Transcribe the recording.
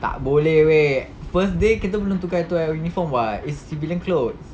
tak boleh weh first day kita belum tukar into our uniform [what] it's civilian clothes